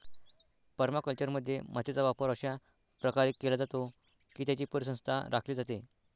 परमाकल्चरमध्ये, मातीचा वापर अशा प्रकारे केला जातो की त्याची परिसंस्था राखली जाते